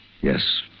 Yes